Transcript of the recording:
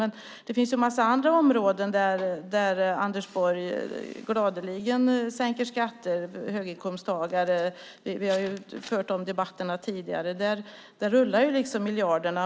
Men det finns en massa andra områden där Anders Borg gladeligen sänker skatter, till exempel för höginkomsttagare. Vi har fört de debatterna tidigare. Där rullar miljarderna.